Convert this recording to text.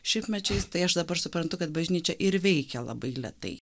šimtmečiais tai aš dabar suprantu kad bažnyčia ir veikia labai lėtai